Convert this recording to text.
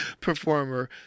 performer